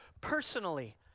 personally